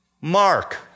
Mark